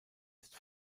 ist